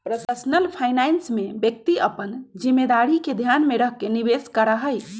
personal finance में व्यक्ति अपन जिम्मेदारी के ध्यान में रखकर निवेश करा हई